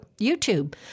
YouTube